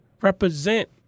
represent